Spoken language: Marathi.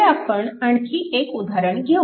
पुढे आपण आणखी एक उदाहरण घेऊ